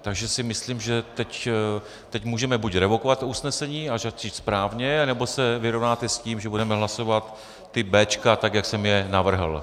Takže si myslím, že teď můžeme buď revokovat to usnesení a začít správně, nebo se vyrovnáte s tím, že budeme hlasovat ta béčka, tak jak jsem je navrhl.